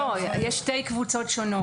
יש שתי קבוצות שונות.